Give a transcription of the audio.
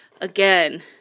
again